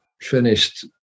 finished